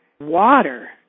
water